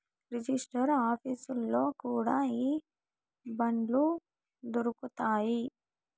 register ఆఫీసుల్లో కూడా ఈ బాండ్లు దొరుకుతాయి